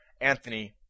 Anthony